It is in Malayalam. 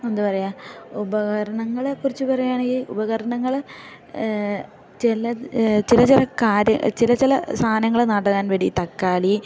എന്താ പറയുക ഉപകരണങ്ങളെക്കുറിച്ച് പറയുകയാണെങ്കിൽ ഉപകരണങ്ങൾ ചില ചില ചില കാര്യ ചില ചില സാധനങ്ങൾ നടാൻ വേണ്ടി തക്കാളി